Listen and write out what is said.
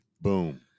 Boom